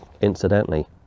incidentally